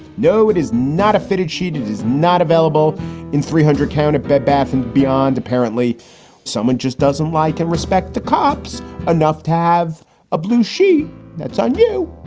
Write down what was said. no, it is not a fitted sheet. it is not available in three hundred county bed, bath and beyond. apparently someone just doesn't like and respect the cops enough to have a blue sheet that's on you.